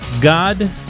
God